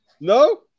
no